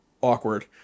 awkward